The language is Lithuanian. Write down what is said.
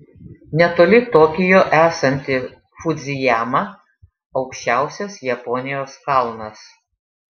netoli tokijo esanti fudzijama aukščiausias japonijos kalnas